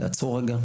נעצור רגע,